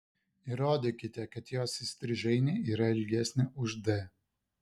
įrodykite kad jos įstrižainė yra ilgesnė už d